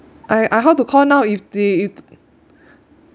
I I how to call now if the if